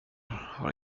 har